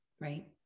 right